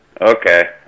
Okay